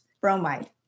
Bromide